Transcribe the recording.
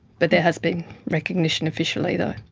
but there has been recognition officially though.